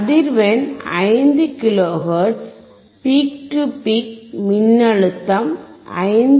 அதிர்வெண் 5 kilo hertz peak to peak மின்னழுத்தம் 5